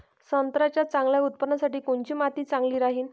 संत्र्याच्या चांगल्या उत्पन्नासाठी कोनची माती चांगली राहिनं?